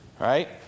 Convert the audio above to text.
right